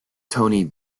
tony